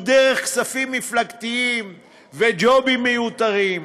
דרך כספים מפלגתיים וג'ובים מיותרים,